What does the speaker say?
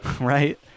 right